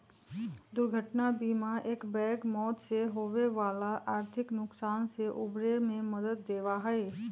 दुर्घटना बीमा एकबैग मौत से होवे वाला आर्थिक नुकसान से उबरे में मदद देवा हई